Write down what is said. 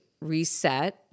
reset